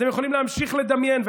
אתם יכולים להמשיך לדמיין,